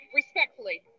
respectfully